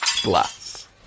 Glass